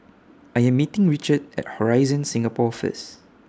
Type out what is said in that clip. I Am meeting Richard At Horizon Singapore First